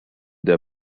der